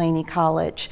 laney college